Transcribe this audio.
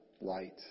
light